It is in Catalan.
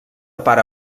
pare